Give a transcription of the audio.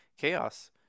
chaos